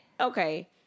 okay